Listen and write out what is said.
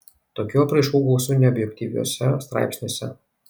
tokių apraiškų gausu neobjektyviuose straipsniuose